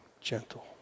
gentle